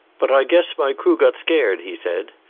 but i guess my crew got scared, he said.